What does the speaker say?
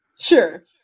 Sure